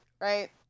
Right